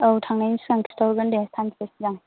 औ थांनायनि सिगां खिन्थाहरगोन दे सानसे सिगां